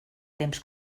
temps